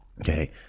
Okay